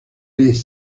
les